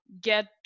get